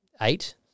eight